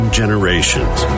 generations